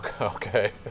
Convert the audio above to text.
okay